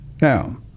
Now